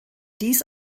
dies